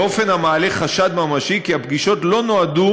באופן המעלה חשד ממשי שהפגישות לא נועדו